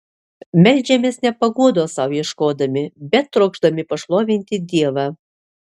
meldžiamės ne paguodos sau ieškodami bet trokšdami pašlovinti dievą